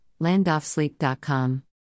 LandoffSleep.com